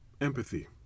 empathy